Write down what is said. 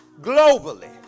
Globally